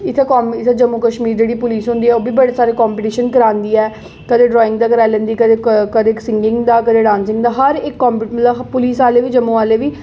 इत्थै कम जम्मू कश्मीर जेह्ड़ी पुलस होंदी ऐ ओह्बी बड़े सारे कंपिटिशन करांदी ऐ कदें ड्रांइग दा कराई लैंदी कदें क कदें सिंगिंग दा कदें डांसिंग दा हर इक कम मतलब पुलस आह्ले बी जम्मू आह्ले बी